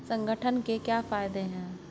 संगठन के क्या फायदें हैं?